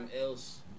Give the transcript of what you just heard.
else